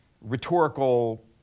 rhetorical